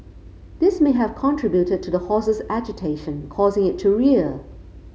this may have contributed to the horse's agitation causing it to rear